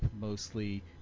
mostly